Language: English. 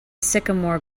sycamore